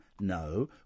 No